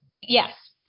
yes